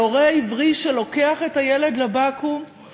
של הורה עברי שלוקח את הילד לבקו"ם,